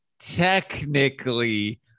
technically